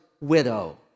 widow